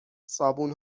صابون